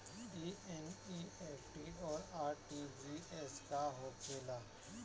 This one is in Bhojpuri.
ई एन.ई.एफ.टी और आर.टी.जी.एस का होखे ला?